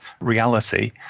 reality